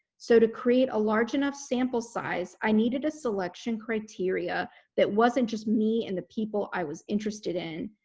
so to create a large enough sample size, i needed a selection criteria that wasn't just me and the people i was interested in.